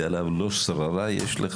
יעקב מרגי: גודל האחריות, שלא יהיו אי הבנות.